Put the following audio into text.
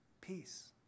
peace